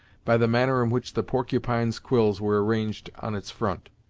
by the manner in which the porcupine's quills were arranged on its front.